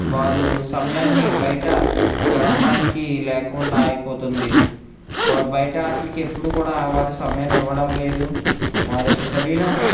వారు సమయాన్ని బయట గడపడానికి లేకుండా అయిపోతుంది వారు బయట ఆటలకి ఎప్పుడూ కూడా వారు సమయాన్ని ఇవ్వడం లేదు వారి యొక్క శరీరం